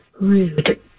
Rude